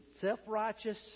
Self-righteous